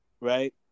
right